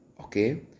Okay